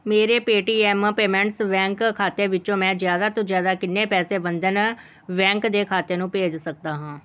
ਮੇਰੇ Paytm payments bank ਖਾਤੇ ਵਿੱਚੋਂ ਮੈਂ ਜ਼ਿਆਦਾ ਤੋਂ ਜ਼ਿਆਦਾ ਕਿੰਨੇ ਪੈਸੇ ਬੰਧਨ ਬੈਂਕ ਦੇ ਖਾਤੇ ਨੂੰ ਭੇਜ ਸਕਦਾ ਹਾਂ